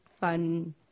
fun